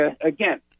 again